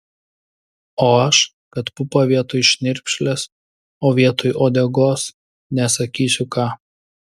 o aš kad pupą vietoj šnirpšlės o vietoj uodegos nesakysiu ką